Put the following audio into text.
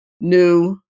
new